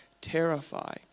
terrify